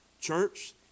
Church